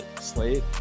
slate